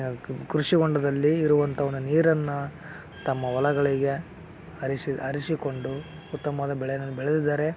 ಆ ಕೃಷಿ ಹೊಂಡದಲ್ಲಿ ಇರುವಂತ ಒಂದು ನೀರನ್ನು ತಮ್ಮ ಹೊಲಗಳಿಗೆ ಹರಿಶಿ ಹರಿಶಿಕೊಂಡು ಉತ್ತಮವಾದ ಬೆಳೆಯನ್ನು ಬೆಳೆದಿದ್ದಾರೆ